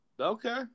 Okay